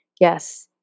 Yes